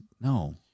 No